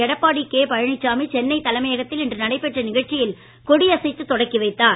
Edappadi K Palaniswami Chennai தலைமையகத்தில் இன்று நடைபெற்ற நிகழ்ச்சியில் கொடியசைத்து தொடக்கி வைத்தார்